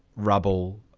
rubble,